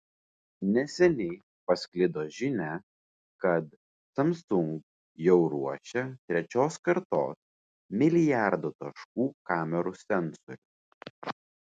neseniai pasklido žinia kad samsung jau ruošia trečios kartos milijardo taškų kamerų sensorių